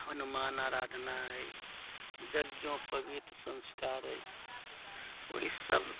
हनुमान आरधाना अय जज्ञोपवीत संस्कार अय ओहि सब